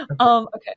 okay